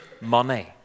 money